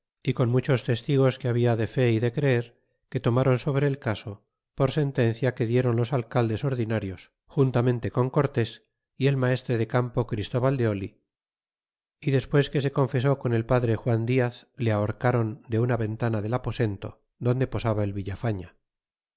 é con muchos testigos que habla de fe y de creer que tomáron sobre el caso por sentencia que diéron los alcaldes ordinarios juntamente con cortés y el maestre de campo christóval de oli y despues que se confesó con el padre juan diaz le ahorcron de una ventana del aposento donde posaba el villafaña